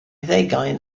ddeugain